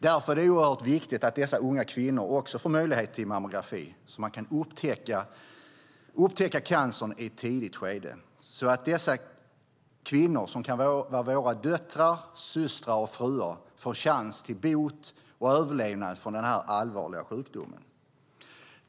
Därför är det oerhört viktigt att dessa unga kvinnor också får möjlighet till mammografi så att man kan upptäcka cancern i ett tidigt skede så att dessa kvinnor som kan vara våra döttrar, systrar och fruar får chans till bot och överlevnad från denna allvarliga sjukdom.